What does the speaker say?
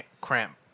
cramp